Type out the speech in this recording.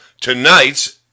tonight's